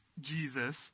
jesus